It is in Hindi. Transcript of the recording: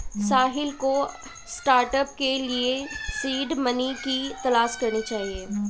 साहिल को स्टार्टअप के लिए सीड मनी की तलाश करनी चाहिए